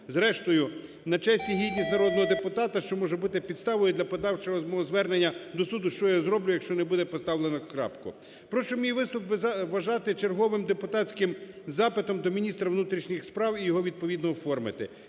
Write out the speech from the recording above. зрештою на честь і гідність народного депутата, що може бути підставою для подальшого мого звернення до суду, що я й зроблю, якщо не буде поставлено крапку. Прошу мій виступ вважати черговим депутатським запитом до міністра внутрішніх справ і його відповідно оформити.